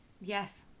Yes